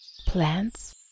Plants